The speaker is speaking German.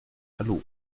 hallo